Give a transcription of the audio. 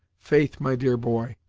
faith, my dear boy,